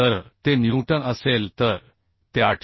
तर ते न्यूटन असेल तर ते 800